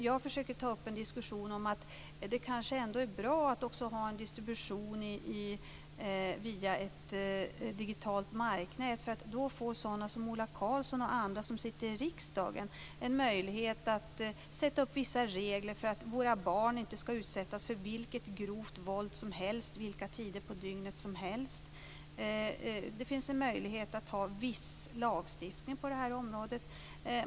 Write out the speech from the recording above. Jag försöker ta upp en diskussion om att det kanske ändå är bra att också ha en distribution via ett digitalt marknät, för då får sådana som Ola Karlsson och andra, som sitter i riksdagen, en möjlighet att sätta upp vissa regler för att våra barn inte ska utsättas för vilket grovt våld som helst, vilka tider på dygnet som helst. Det finns en möjlighet att ha viss lagstiftning på det här området.